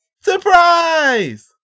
Surprise